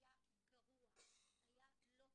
היה גרוע, היה לא טוב.